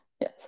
yes